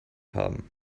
haben